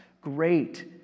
Great